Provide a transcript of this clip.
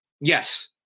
yes